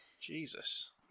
Jesus